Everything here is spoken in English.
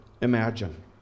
imagine